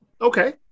Okay